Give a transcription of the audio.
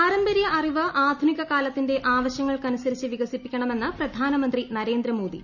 പാരമ്പര്യ അറിവ് ആധുനിക കാലത്തിന്റെ ആവശ്യങ്ങൾക്കനുസരിച്ച് പികസിപ്പിക്കണമെന്ന് പ്രധാനമന്ത്രി നരേന്ദ്ര മോദി